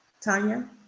Tanya